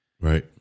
Right